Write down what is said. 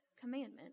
commandment